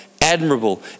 admirable